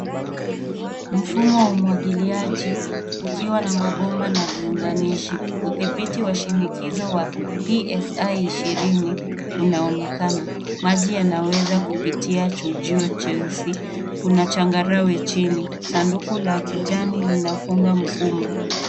Mfumo wa umwagiliaji, ukiwa na mabomba na viunganishi. Udhibiti wa shinikizo wa PSI 20 unaonekana. Maji yanaweza kupitia chujio cheusi. Kuna changarawe chini. Sanduku la kijani linafunga mfumo.